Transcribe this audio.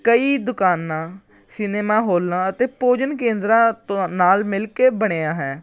ਕਈ ਦੁਕਾਨਾਂ ਸਿਨੇਮਾ ਹੋਲਾਂ ਅਤੇ ਭੋਜਨ ਕੇਂਦਰਾਂ ਨਾਲ ਮਿਲ ਕੇ ਬਣਿਆ ਹੈ